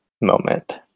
moment